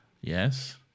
Yes